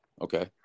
Okay